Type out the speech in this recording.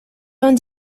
vingt